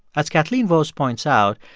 as kathleen vohs points out,